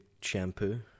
shampoo